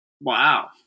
Wow